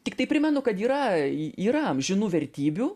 tiktai primenu kad yra yra amžinų vertybių